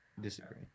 Disagree